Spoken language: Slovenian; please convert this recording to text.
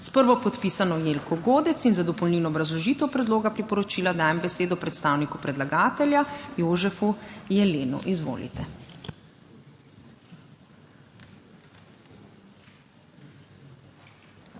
prvopodpisano Jelko Godec. Za dopolnilno obrazložitev predloga priporočila dajem besedo predstavniku predlagatelja, Jožefu Jelenu. Izvolite.